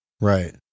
Right